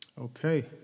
Okay